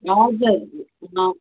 हजुर हजुर